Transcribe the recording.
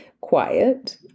quiet